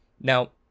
now